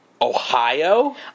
Ohio